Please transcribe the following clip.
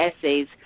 essays